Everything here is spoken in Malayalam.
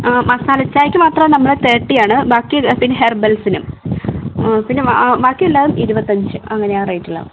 ആ മസാല ചായയ്ക്ക് മാത്രം നമ്മൾ തേർട്ടി ആണ് ബാക്കി പിന്നെ ഹെർബൽസിനും ആ പിന്നെ ബാക്കിയെല്ലാ ഇരുപത്തഞ്ച് അങ്ങനെയാണ് റേറ്റ് എല്ലാം